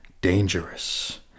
Dangerous